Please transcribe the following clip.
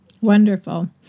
Wonderful